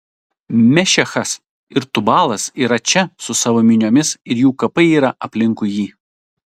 mešechas ir tubalas yra čia su savo miniomis ir jų kapai yra aplinkui jį